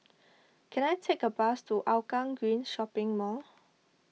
can I take a bus to Hougang Green Shopping Mall